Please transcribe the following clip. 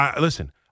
Listen